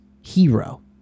hero